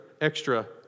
extra